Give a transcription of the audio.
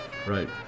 Right